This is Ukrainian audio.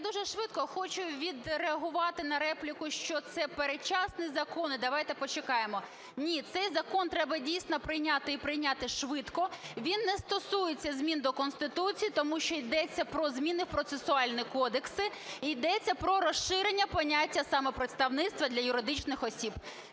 я дуже швидко. Хочу відреагувати на репліку, що це передвчасний закон і давайте почекаємо. Ні. Цей закон треба дійсно прийняти і прийняти швидко. Він не стосується змін до Конституції, тому що йдеться про зміни в процесуальні кодекси, і йдеться про розширення поняття самопредставництва для юридичних осіб.